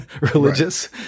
religious